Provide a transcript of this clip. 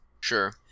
Sure